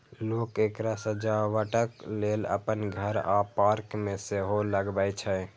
लोक एकरा सजावटक लेल अपन घर आ पार्क मे सेहो लगबै छै